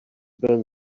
byl